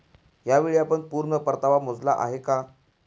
यावेळी आपण पूर्ण परतावा मोजला आहे का?